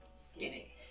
Skinny